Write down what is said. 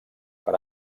per